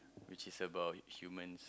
which is about humans